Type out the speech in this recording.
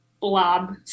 blob